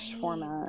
format